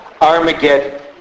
Armageddon